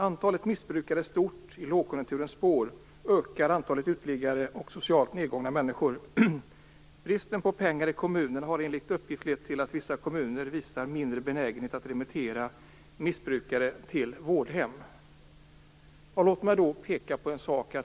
Antalet missbrukare är stort i lågkonjunkturens spår, och antalet uteliggare och socialt nedgångna människor ökar. Bristen på pengar i kommunerna har enligt uppgifter lett till att vissa kommuner visar mindre benägenhet att remittera missbrukare till vårdhem. Låt mig peka på en sak.